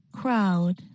crowd